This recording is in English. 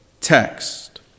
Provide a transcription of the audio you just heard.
text